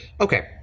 Okay